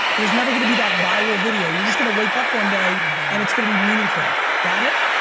there's never gonna be that viral video. you're just gonna wake up one day and it's gonna be meaningful. got it?